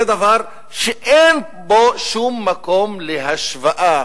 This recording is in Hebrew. זה דבר שאין בו שום מקום להשוואה